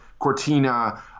Cortina